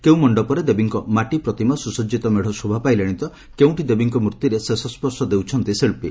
କେଉଁ ମଣ୍ଡପରେ ଦେବୀଙ୍କ ମାଟି ପ୍ରତିମା ସୁସଜିତ ମେତ୍ ଶୋଭା ପାଇଲାଣି ତ କେଉଁଠି ଦେବୀଙ୍କ ମୂର୍ତିରେ ଶେଷସ୍ୱର୍ଶ ଦେଉଛନ୍ତି ଶିବ୍ବୀ